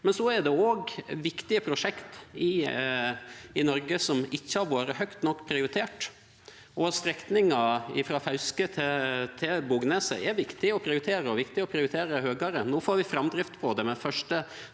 Så er det også viktige prosjekt i Noreg som ikkje har vore høgt nok prioriterte. Strekninga frå Fauske til Bognes er viktig å prioritere, og viktig å prioritere høgare. No får vi framdrift på det, med første